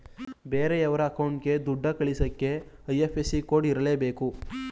ಬೇರೆಯೋರ ಅಕೌಂಟ್ಗೆ ದುಡ್ಡ ಕಳಿಸಕ್ಕೆ ಐ.ಎಫ್.ಎಸ್.ಸಿ ಕೋಡ್ ಇರರ್ಲೇಬೇಕು